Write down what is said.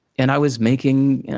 and, i was making,